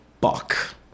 buck